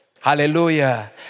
Hallelujah